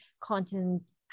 contents